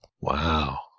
Wow